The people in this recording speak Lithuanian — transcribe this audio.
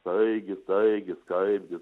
taigi taigis kaipgis